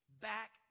back